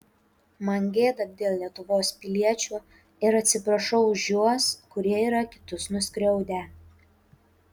man gėda dėl lietuvos piliečių ir atsiprašau už juos kurie yra kitus nuskriaudę